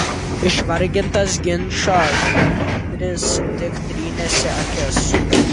išvargintas ginčo henris tik trynėsi akis